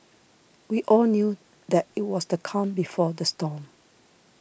we all knew that it was the calm before the storm